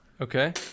okay